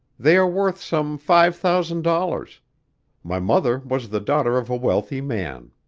they are worth some five thousand dollars my mother was the daughter of a wealthy man.